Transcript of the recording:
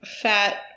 fat